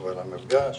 אבל המפגש